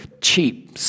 cheap